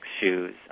Shoes